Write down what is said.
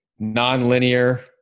nonlinear